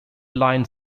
line